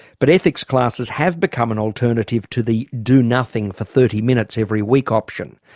but ethics classes have become an alternative to the do nothing for thirty minutes every week option,